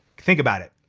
think about it.